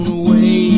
away